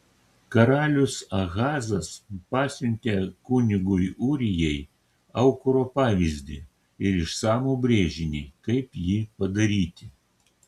karalius ahazas pasiuntė kunigui ūrijai aukuro pavyzdį ir išsamų brėžinį kaip jį padaryti